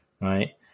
right